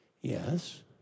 Yes